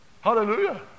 Hallelujah